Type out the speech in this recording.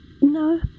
No